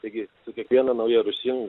taigi su kiekviena nauja rūšim